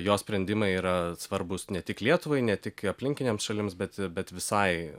jos sprendimai yra svarbus ne tik lietuvai ne tik aplinkinėms šalims bet bet visai